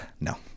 no